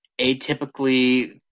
atypically